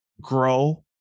grow